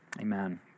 amen